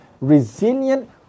resilient